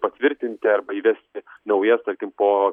patvirtinti arba įvesti naujas tarkim po